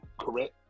correct